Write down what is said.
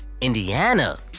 Indiana